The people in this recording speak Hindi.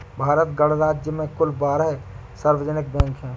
भारत गणराज्य में कुल बारह सार्वजनिक बैंक हैं